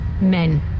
men